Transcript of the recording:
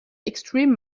extreme